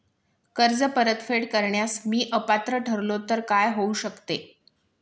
कर्ज परतफेड करण्यास मी अपात्र ठरलो तर काय होऊ शकते?